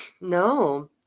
No